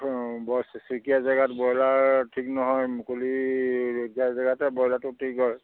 বৰ জেগাত ব্ৰইলাৰ ঠিক নহয় মুকলি জেগাতে ব্ৰইলাৰটো ঠিক হয়